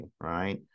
right